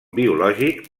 biològic